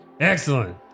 Excellent